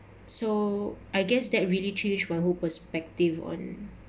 so I guess that really changed my whole perspective on